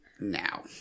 Now